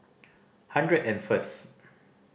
hundred and first